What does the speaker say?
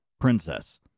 Princess